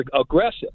aggressive